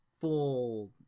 full